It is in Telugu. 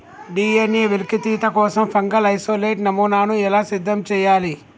డి.ఎన్.ఎ వెలికితీత కోసం ఫంగల్ ఇసోలేట్ నమూనాను ఎలా సిద్ధం చెయ్యాలి?